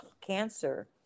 cancer